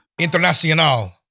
Internacional